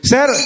Sir